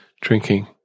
drinking